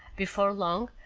before long,